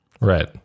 Right